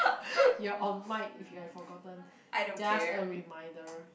you are on mic if you have forgotten just a reminder